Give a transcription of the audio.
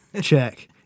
Check